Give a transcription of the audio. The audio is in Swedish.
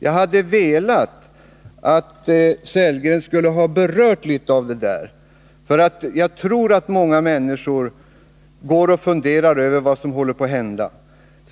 Jag hade velat att Rolf Sellgren skulle ha berört litet av det där, för jag tror att många människor går och funderar över vad som håller på att hända.